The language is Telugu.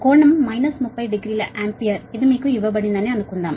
కోణం మైనస్ 30 డిగ్రీల ఆంపియర్ ఇది మీకు ఇవ్వబడిందని అనుకుందాం